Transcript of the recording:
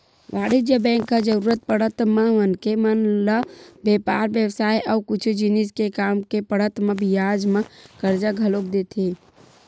वाणिज्य बेंक ह जरुरत पड़त म मनखे मन ल बेपार बेवसाय अउ कुछु जिनिस के काम के पड़त म बियाज म करजा घलोक देथे